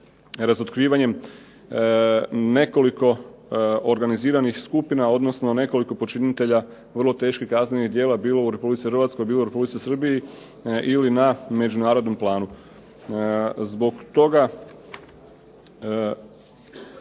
razotkrivanjem nekoliko organiziranih skupina, odnosno nekoliko počinitelja vrlo teških kaznenih djela, bilo u Republici Hrvatskoj, bilo u Republici Srbiji, ili na međunarodnom planu. Zbog toga